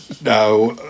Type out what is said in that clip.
Now